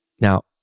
Now